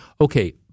okay